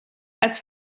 als